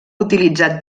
utilitzat